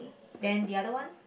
then the other one